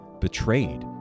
betrayed